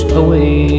away